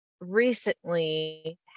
recently